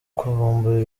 kuvumbura